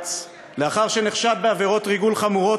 מהארץ לאחר שנחשד בעבירות ריגול חמורות